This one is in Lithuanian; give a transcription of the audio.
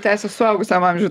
tęsia suaugusiam amžiu